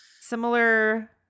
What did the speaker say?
similar